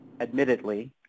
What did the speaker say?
admittedly